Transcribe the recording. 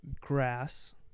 grass